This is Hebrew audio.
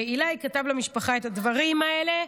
ואיליי כתב למשפחה את הדברים האלה,